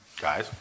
Guys